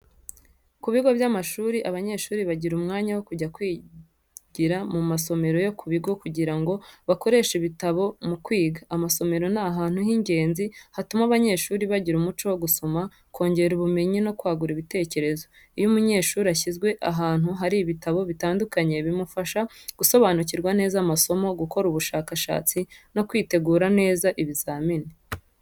Ku bigo by’amashuri, abanyeshuri bagira umwanya wo kujya kwigira mu masomero yo ku bigo kugira ngo bakoreshe ibitabo mu kwiga. Amasomero ni ahantu h’ingenzi hatuma abanyeshuri bagira umuco wo gusoma, kongera ubumenyi, no kwagura ibitekerezo. Iyo umunyeshuri ashyizwe ahantu hari ibitabo bitandukanye, bimufasha gusobanukirwa neza amasomo, gukora ubushakashatsi no kwitegura neza ibizamini.